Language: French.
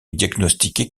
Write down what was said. diagnostiquée